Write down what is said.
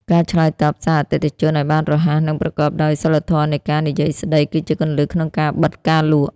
ការឆ្លើយតបសារអតិថិជនឱ្យបានរហ័ស និងប្រកបដោយ សីលធម៌នៃការនិយាយស្ដី គឺជាគន្លឹះក្នុងការបិទការលក់។